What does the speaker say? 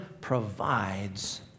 provides